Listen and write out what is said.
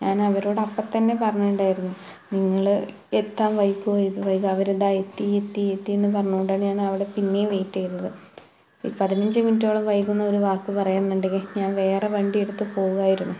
ഞാൻ അവരോട് അപ്പത്തന്നെ പറഞ്ഞിട്ടുണ്ടായിരുന്നു നിങ്ങൾ എത്താൻ വൈകി പോയത് അവരിതാ എത്തീ എത്തീന്ന് പറഞ്ഞത് കൊണ്ട് ഞാനവിടെ പിന്നേം വെയിറ്റ് ചെയ്തത് പതിനഞ്ച് മിനിറ്റോളം വൈകുമെന്ന് ഒരു വാക്ക് പറയാൻ വേണ്ടി ഞാൻ വേറെ വണ്ടിയെടുത്ത് പോവായിരുന്നു